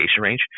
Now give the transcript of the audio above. range